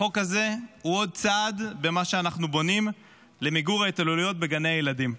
החוק הזה הוא עוד צעד במה שאנחנו בונים למיגור ההתעללויות בגני הילדים.